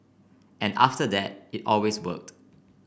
and after that it always worked